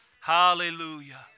Hallelujah